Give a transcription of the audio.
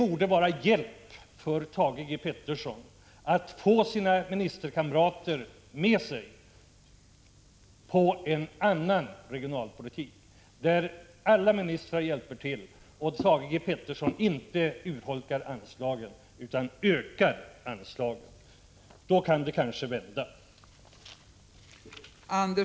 Således borde Thage Peterson få sina ministerkamrater med sig på en annan regionalpolitik, som innebär att alla ministrar hjälper till och att Thage Peterson inte urholkar anslagen utan ökar dessa. Då kan utvecklingen kanske vända.